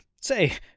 Say